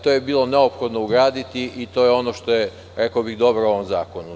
To je bilo neophodno uraditi i to je ono što je dobro u ovom zakonu.